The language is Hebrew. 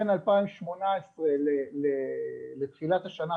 בין 2018 לתחילת השנה,